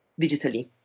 digitally